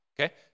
Okay